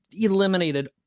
eliminated